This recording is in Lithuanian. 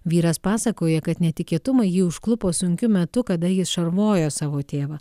vyras pasakoja kad netikėtumai jį užklupo sunkiu metu kada jis šarvojo savo tėvą